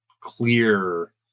clear